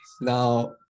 now